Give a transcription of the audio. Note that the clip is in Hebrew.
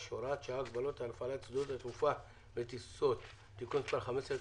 (הוראת שעה) (הגבלות על הפעלת שדות תעופה וטיסות) (תיקון מס' 15),